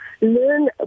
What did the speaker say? Learn